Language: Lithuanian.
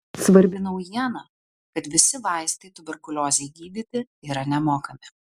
svarbi naujiena kad visi vaistai tuberkuliozei gydyti yra nemokami